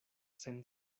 sen